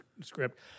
script